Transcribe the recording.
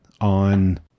on